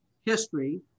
history